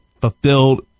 Fulfilled